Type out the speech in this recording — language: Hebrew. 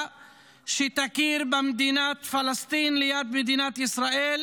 שתכיר במדינת פלסטין ליד מדינת ישראל,